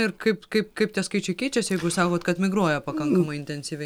ir kaip kaip kaip tie skaičiai keičiasi jeigu jūs sakot kad migruoja pakankamai intensyviai